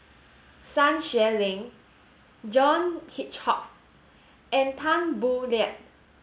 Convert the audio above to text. Sun Xueling John Hitchcock and Tan Boo Liat